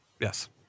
Yes